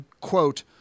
quote